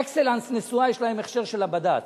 "אקסלנס נשואה", יש להם הכשר של בד"ץ.